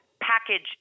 package